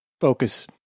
focus